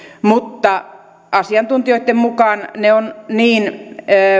mutta asiantuntijoitten mukaan ne ovat